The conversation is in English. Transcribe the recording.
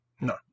No